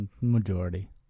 Majority